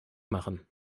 machen